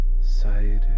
cider